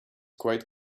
quite